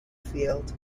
field